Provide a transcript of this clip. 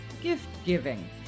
gift-giving